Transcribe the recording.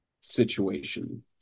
situation